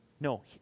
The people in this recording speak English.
No